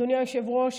אדוני היושב-ראש,